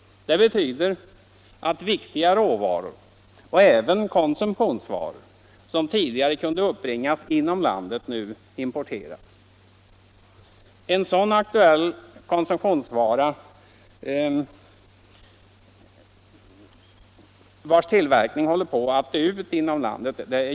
Det betyder att viktiga råvaror och även konsumtionsvaror som tidigare kunde produceras inom landet nu importeras. Tillverkningen av en sådan aktuell konsumtionsvara, nämligen skor, håller på att dö ut inom landet.